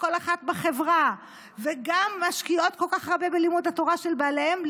כל אחת בחברה וגם משקיעות כל כך הרבה בלימוד התורה של בעליהן.